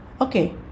Okay